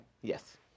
Yes